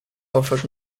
offered